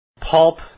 pulp